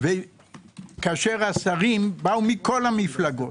כאשר השרים באו מכל המפלגות.